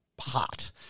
hot